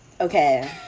Okay